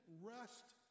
rest